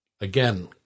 Again